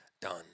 done